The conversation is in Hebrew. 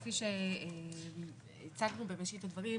כפי שהצגנו בראשית הדברים,